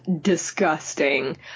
disgusting